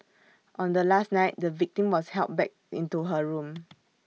on the last night the victim was helped back into her room